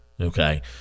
okay